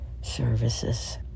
services